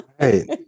right